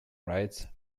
rights